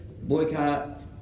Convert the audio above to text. boycott